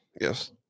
Yes